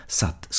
satt